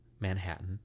Manhattan